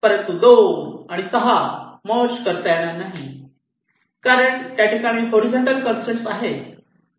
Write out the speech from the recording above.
परंतु 2 आणि 6 मर्ज करता येणार नाही कारण त्या ठिकाणी हॉरीझॉन्टल कंसट्रेन आहे